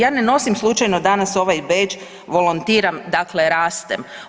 Ja ne nosim slučajno danas ovaj bedž, volontiram, dakle rastem.